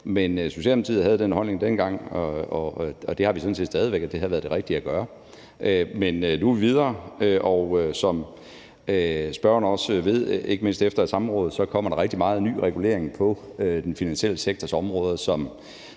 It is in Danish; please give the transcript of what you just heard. Men Socialdemokratiet havde den holdning dengang, og det har vi sådan set stadig væk, at det havde været det rigtige at gøre. Men nu er vi videre, og som spørgeren også ved, ikke mindst efter et samråd, kommer der rigtig meget ny regulering på den finansielle sektors område,